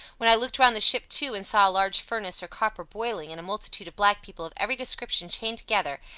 when i looked round the ship too and saw a large furnace or copper boiling, and a multitude of black people of every description chained together,